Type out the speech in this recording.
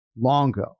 Longo